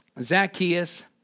Zacchaeus